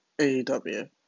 AEW